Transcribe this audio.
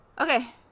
Okay